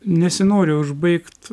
nesinori užbaigt